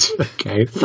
Okay